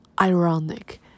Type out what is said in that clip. ironic